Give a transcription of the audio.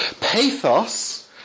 Pathos